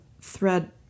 thread